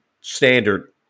standard